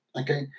okay